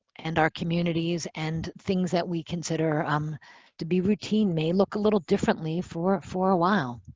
and our communities and things that we consider um to be routine may look a little differently for for a while.